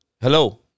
Hello